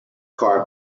car